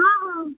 ହଁ ହଁ